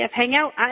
hangout